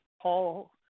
Paul